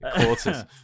Quarters